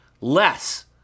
less